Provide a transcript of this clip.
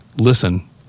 Listen